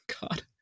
God